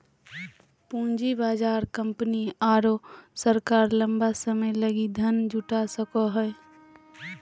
पूँजी बाजार कंपनी आरो सरकार लंबा समय लगी धन जुटा सको हइ